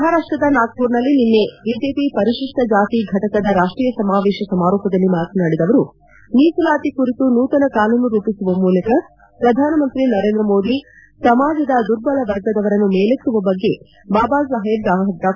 ಮಪಾರಾಷ್ಟದ ನಾಗಮರ್ನಲ್ಲಿ ನಿನ್ನೆ ಬಿಜೆಪಿ ಪರಿಶಿಷ್ಟ ಜಾತಿ ಘಟಕದ ರಾಷ್ಟೀಯ ಸಮಾವೇಶದ ಸಮಾರೋಪದಲ್ಲಿ ಮಾತನಾಡಿದ ಅವರು ಮೀಸಲಾತಿ ಕುರಿತು ನೂತನ ಕಾನೂನು ರೂಪಿಸುವ ಮೂಲಕ ಪ್ರಧಾನ ಮಂತ್ರಿ ನರೇಂದ್ರ ಮೋದಿ ಅವರು ಸಮಾಜದ ದುರ್ಬಲ ವರ್ಗದವರನ್ನು ಮೇಲೆತ್ತುವ ಬಗ್ಗೆ ಬಾಬಾ ಸಾಹೇಬ್ ಡಾ